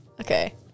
Okay